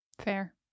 Fair